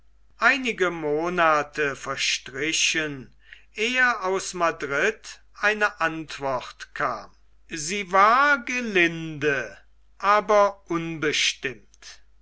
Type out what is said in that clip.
einige monate verstrichen ehe aus madrid eine antwort kam sie war gelinde aber unbestimmt